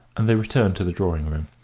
and they returned to the drawing-room.